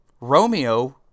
Romeo